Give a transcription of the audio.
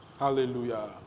Hallelujah